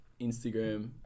Instagram